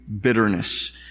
bitterness